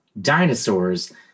dinosaurs